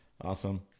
Awesome